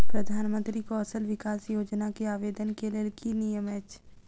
प्रधानमंत्री कौशल विकास योजना केँ आवेदन केँ लेल की नियम अछि?